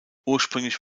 ursprünglich